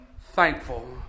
thankful